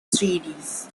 series